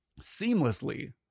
seamlessly